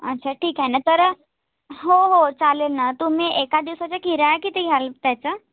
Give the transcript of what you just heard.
अच्छा ठीक आहे ना तर हो हो चालेल ना तुम्ही एका दिवसाचा किराया किती घ्याल त्याचं